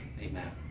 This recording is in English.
Amen